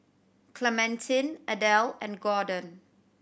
Clementine Adel and Gordon